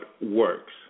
works